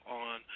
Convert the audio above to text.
on